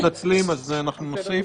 אנחנו מתנצלים, אנחנו נוסיף.